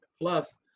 plus